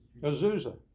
Azusa